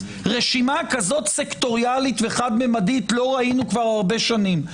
רשימה כזאת סקטוריאלית וחד-ממדית לא ראינו כבר הרבה שנים,